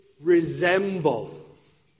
resembles